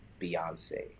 Beyonce